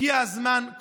הגיע הזמן,